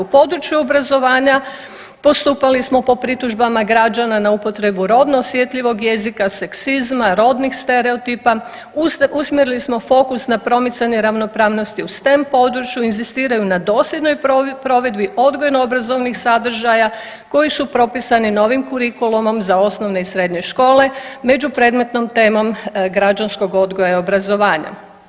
U području obrazovanja postupali smo po pritužbama građana na upotrebu rodno osjetljivog jezika, seksizma, rodnih stereotipa, usmjerili smo fokus na promicanje ravnopravnosti u STEM području, inzistiraju na dosljednoj provedi odgojno obrazovnih sadržaja koji su propisani novim kurikulumom za osnovne i srednje škole, među predmetnom temom građanskog odgoja i obrazovanja.